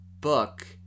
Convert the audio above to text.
book